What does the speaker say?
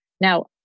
Now